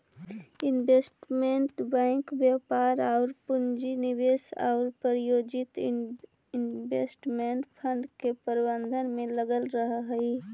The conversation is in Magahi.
इन्वेस्टमेंट बैंक व्यापार आउ पूंजी निवेश आउ प्रायोजित इन्वेस्टमेंट फंड के प्रबंधन में लगल रहऽ हइ